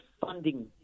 funding